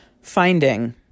Finding